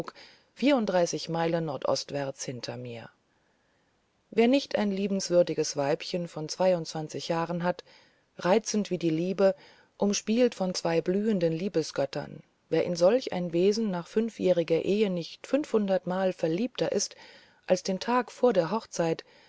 vierunddreißig meilen nordostwärts hinter mir wer nicht ein liebenswürdiges weibchen von zweiundzwanzig jahren hat reizend wie die liebe umspielt von zwei blühenden liebesgöttern wer in solch ein wesen nach fünfjähriger ehe nicht fünfhundertmal verliebter ist als den tag vor der hochzeit